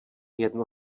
jedno